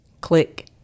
Click